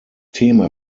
thema